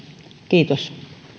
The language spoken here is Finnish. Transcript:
kiitos